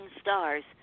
stars